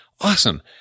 Awesome